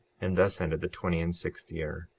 and thus ended the twenty and sixth year.